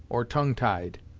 or tongue tied.